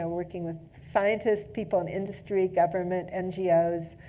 working with scientists, people in industry, government, ngos.